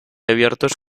abiertos